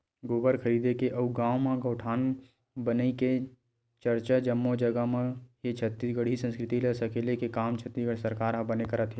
गोबर खरीदे के अउ गाँव म गौठान बनई के चरचा जम्मो जगा म हे छत्तीसगढ़ी संस्कृति ल सकेले के काम छत्तीसगढ़ सरकार ह बने करत हे